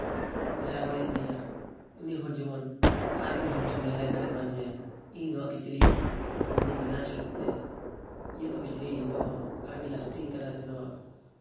ᱡᱟᱦᱟᱸᱭ ᱦᱚᱲᱮ ᱤᱫᱤᱭᱟ ᱩᱱᱤ ᱦᱚᱲ ᱡᱮᱢᱚᱱ ᱟᱨ ᱢᱤᱫ ᱦᱚᱲ ᱴᱷᱮᱱᱮ ᱞᱟᱹᱭ ᱫᱟᱲᱮᱭᱟᱜ ᱢᱟ ᱡᱮ ᱤᱧ ᱱᱚᱣᱟ ᱠᱤᱪᱨᱤᱪ ᱱᱚᱸᱰᱮᱧ ᱵᱮᱱᱟᱣ ᱦᱚᱪᱚ ᱞᱮᱫ ᱛᱮ ᱤᱧᱟᱹᱜ ᱱᱚᱣᱟ ᱠᱤᱪᱨᱤᱡ ᱱᱤᱛᱚᱜ ᱦᱚᱸ ᱟᱹᱰᱤ ᱞᱟᱥᱴᱤᱝ ᱟᱠᱟᱫᱟᱭ ᱥᱮ ᱱᱚᱣᱟ